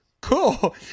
cool